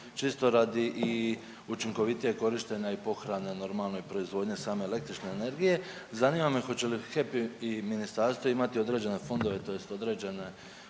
čisto i radi učinkovitijeg korištenja i pohrane normalno i proizvodnje same električne energije, zanima me hoće li HEP i ministarstvo imati određene fondove tj. određene,